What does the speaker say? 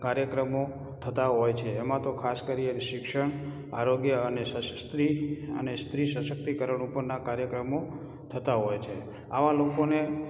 કાર્યક્રમો થતા હોય છે એમાં તો ખાસ કરી અને શિક્ષણ આરોગ્ય અને સશસ્ત્રી અને સ્ત્રી સશક્તિકરણ ઉપરના કાર્યક્રમો થતા હોય છે આવા લોકોને